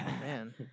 Man